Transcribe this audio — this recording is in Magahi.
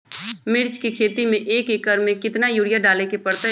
मिर्च के खेती में एक एकर में कितना यूरिया डाले के परतई?